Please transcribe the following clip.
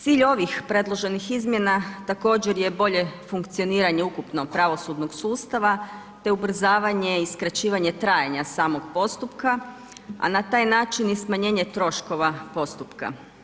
Cilj ovih predloženih izmjena također je boljeg funkcioniranje ukupnog pravosudnog sustava, te ubrzavanje i skraćivanje trajanje samog postupa, a na taj način i smanjenje troškova postupka.